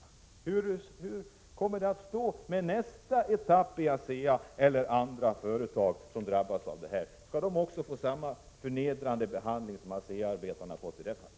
Hur kommer det att bli med nästa etapp i ASEA eller i andra företag? Skall arbetarna drabbas av samma förnedrande behandling som ASEA-arbetarna har fått i det här fallet?